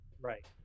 Right